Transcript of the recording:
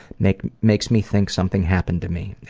makes makes me think something happened to me.